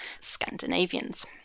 Scandinavians